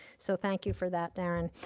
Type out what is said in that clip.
so thank you for that, darren.